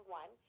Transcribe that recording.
one